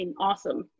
awesome